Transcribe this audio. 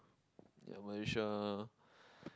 yeah Malaysia